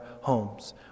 homes